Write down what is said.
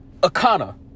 Akana